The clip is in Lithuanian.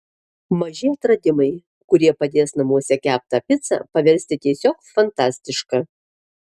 maži atradimai kurie padės namuose keptą picą paversti tiesiog fantastiška